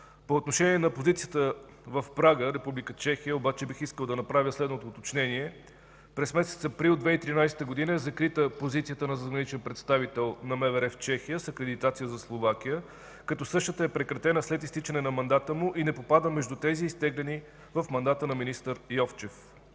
По отношение на позицията в Прага – Република Чехия, обаче бих искал да направя следното уточнение. През месец април 2013 г. е закрита позицията на задграничен представител на МВР в Чехия с акредитация за Словакия, като същата е прекратена след изтичане на мандата му и не попада между тези, изтеглени в мандата на министър Йовчев.